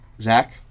Zach